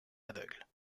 aveugles